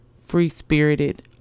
free-spirited